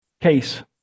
case